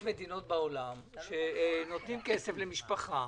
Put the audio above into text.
יש מדינות בעולם שנותנות כסף למשפחה